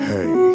Hey